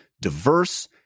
diverse